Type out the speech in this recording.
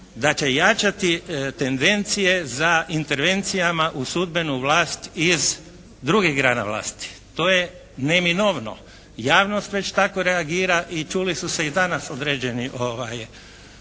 da će jačati tendencije za intervencijama u sudbenu vlast iz drugih grana vlasti. To je neminovno. Javnost već tako reagira i čuli su se i danas određeni